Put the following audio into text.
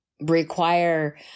require